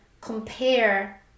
compare